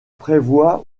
prévoient